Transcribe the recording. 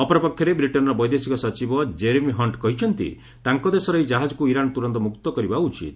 ଅପରପକ୍ଷରେ ବ୍ରିଟେନ୍ର ବୈଦେଶିକ ସଚିବ ଜେରେମି ହଣ୍ଟ୍ କହିଛନ୍ତି ତାଙ୍କ ଦେଶର ଏହି ଜାହାଜକୁ ଇରାନ୍ ତୁରନ୍ତ ମୁକ୍ତ କରିବା ଉଚିତ